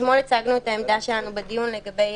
אתמול הצגנו את העמדה שלנו בדיון לגבי